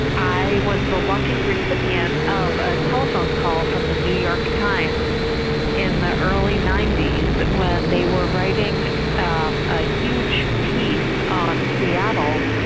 i was the lucky recipient of a telephone call from the new york times in the early ninety s when they were writing um a huge piece on seattle,